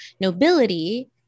nobility